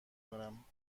کنم